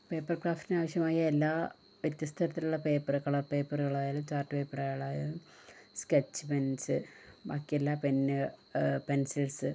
paper ക്രാഫ്റ്റിന് ആവശ്യമായ എല്ലാ വ്യത്യസ്ത തരത്തിലുള്ള പേപ്പർ കളർ പേപ്പറുകളായാലും ചാർട്ട് പേപ്പറുകളായാലും സ്കെച്ച് പെൻസ് ബാക്കിയെല്ലാ പെന്ന് പെൻസിൽസ്